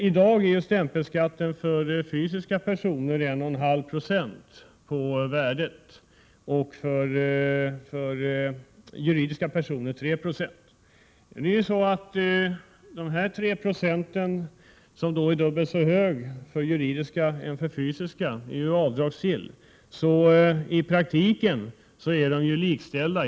I dag är stämpelskatten för fysiska personer 1,5 70 av värdet och för juridiska personer 3 20. Den här skatten, som är dubbelt så hög för juridiska personer som för fysiska, är avdragsgill. I praktiken är de likställda.